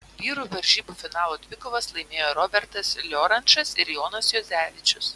vyrų varžybų finalo dvikovas laimėjo robertas liorančas ir jonas juozevičius